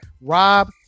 Rob